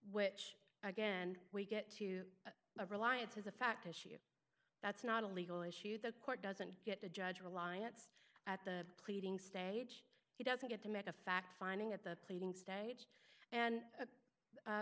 which again we get to a reliance as a fact as she is that's not a legal issue the court doesn't get a judge reliance at the pleading stage he doesn't get to make a fact finding at the pleading stay and